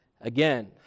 again